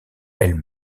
elle